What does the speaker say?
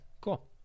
cool